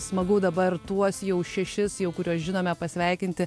smagu dabar tuos jau šešis jau kuriuos žinome pasveikinti